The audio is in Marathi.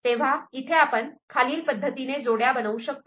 तेव्हा इथे आपण खालील पद्धतीने जोड्या बनवू शकतो